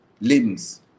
limbs